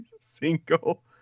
single